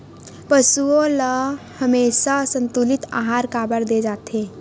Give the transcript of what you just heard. पशुओं ल हमेशा संतुलित आहार काबर दे जाथे?